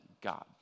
God